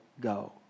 go